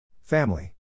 Family